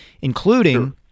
including